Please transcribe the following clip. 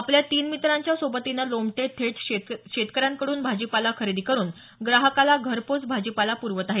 आपल्या तीन मित्रांच्या सोबतीने लोमटे थेट शेतकऱ्यांकड्रन भाजीपाला खरेदी करून ग्राहकाला घर पोहोच भाजीपाला प्रवतात